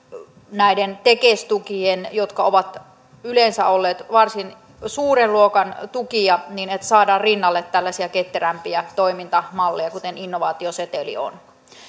näiden tekes tukien jotka ovat yleensä olleet varsin suuren luokan tukia rinnalle tällaisia ketterämpiä toimintamalleja kuten innovaatioseteli on